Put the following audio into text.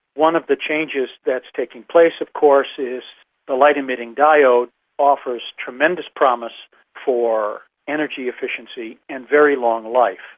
one of the changes that's taking place of course is the light emitting diode offers tremendous promise for energy efficiency and very long life.